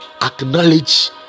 acknowledge